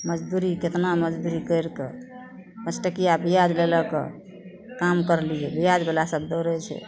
मजदूरी कतना मजदूरी करिके पँचटकिआ बिआज लै लैके काम करलिए बिआजवलासभ दौड़ै छै